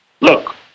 look